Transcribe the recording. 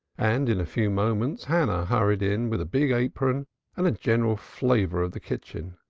and in a few moments hannah hurried in with a big apron and a general flavor of the kitchen.